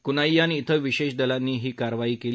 कुनाईयान कुं विशेष दलांनी ही कारवाई केली